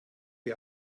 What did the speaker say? ihr